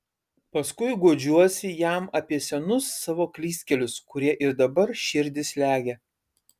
paskui guodžiuosi jam apie senus savo klystkelius kurie ir dabar širdį slegia